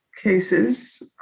cases